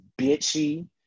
bitchy